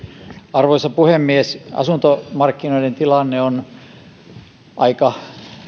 arvoisa puhemies asuntomarkkinoiden tilanne on sanoisin aika